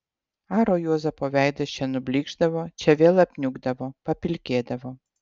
aro juozapo veidas čia nublykšdavo čia vėl apniukdavo papilkėdavo